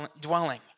dwelling